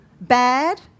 bad